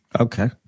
okay